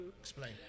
Explain